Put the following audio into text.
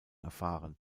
erfahren